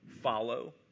follow